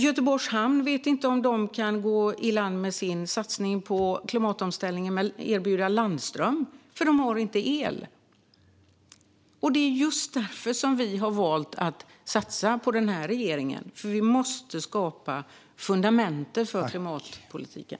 Göteborgs hamn vet inte om de kan gå i land med sin satsning på klimatomställningen och erbjuda landström, för de har inte el. Just därför har vi valt att satsa på den här regeringen, för vi måste skapa ett fundament för klimatpolitiken.